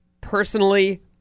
Personally